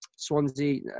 Swansea